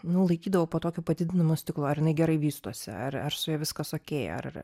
nu laikydavau po tokio padidinamu stiklu ar gerai vystosi ar ar su ja viskas okei ar